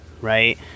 right